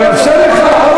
אני אאפשר לך.